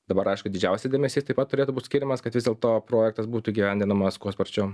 dabar aišku didžiausias dėmesys taip pat turėtų būti skiriamas kad vis dėlto projektas būtų įgyvendinamas kuo sparčiau